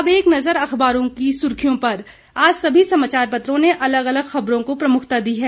अब एक नजर अखबारों की सुर्खियों पर आज सभी समाचार पत्रों ने अलग अलग खबरों को प्रमुखता दी है